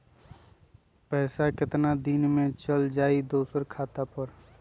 पैसा कितना दिन में चल जाई दुसर खाता पर?